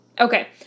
Okay